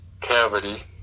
cavity